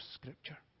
Scripture